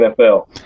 NFL